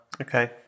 Okay